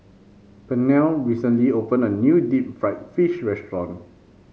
Pernell recently opened a new Deep Fried Fish restaurant